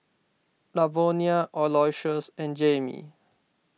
Lavonia Aloysius and Jaimee